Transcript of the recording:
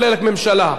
או לממשלה,